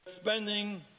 Spending